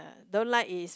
don't like is